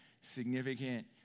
significant